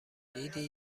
دیدی